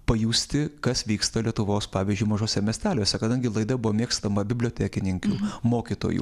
pajusti kas vyksta lietuvos pavyzdžiui mažuose miesteliuose kadangi laida buvo mėgstama bibliotekininkių mokytojų